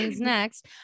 next